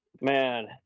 man